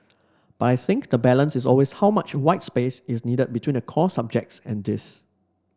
but I think the balance is always how much white space is needed between the core subjects and this